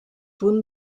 punt